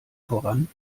voran